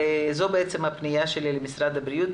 זו הפניה שלי למשרד הבריאות.